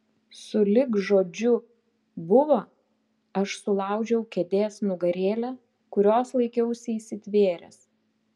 sulig žodžiu buvo aš sulaužiau kėdės nugarėlę kurios laikiausi įsitvėręs